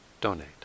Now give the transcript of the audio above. donate